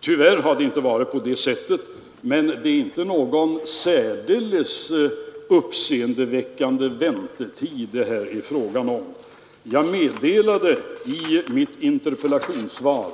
Tyvärr har det inte varit så, men det är inte någon särdeles Nr 98 uppseendeväckande lång väntetid det här är fråga om. Jag meddelade i Torsdagen den mitt interpellationssvar